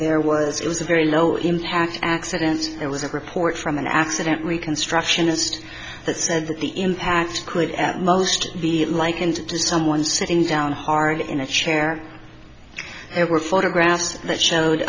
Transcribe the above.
there was it was a very low impact accidents it was a report from an accident reconstructionist that said that the impact could at most the like and to someone sitting down hard in a chair there were photographs that showed